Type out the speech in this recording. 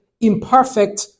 imperfect